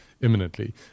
imminently